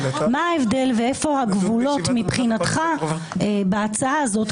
מה ההבדל ואיפה הגבולות מבחינתך בהצעה הזאת?